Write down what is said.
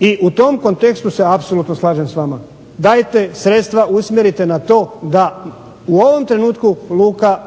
i u tom kontekstu se apsolutno slažem s vama, dajte sredstva usmjerite na to da u ovom trenutku luka